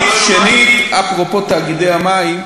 אני מתפלא, אדוני היושב-ראש, על הממשלה,